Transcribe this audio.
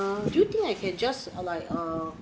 do you think I can just err like err